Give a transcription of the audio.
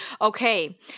Okay